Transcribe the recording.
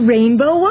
Rainbow